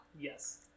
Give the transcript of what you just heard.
Yes